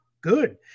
good